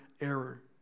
error